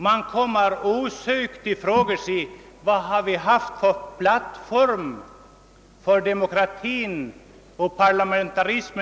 Man frågar sig osökt vilken plattform vi hittills haft för vår demokrati och parlamentarism.